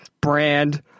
brand